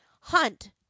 Hunt